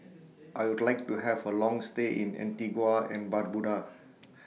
I Would like to Have A Long stay in Antigua and Barbuda